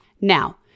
Now